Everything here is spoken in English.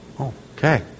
Okay